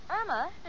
Irma